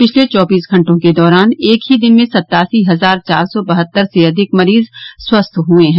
पिछले चौबीस घंटों के दौरान एक ही दिन में सतासी हजार चार सौ बहत्तर से अधिक मरीज स्वस्थ हुए हैं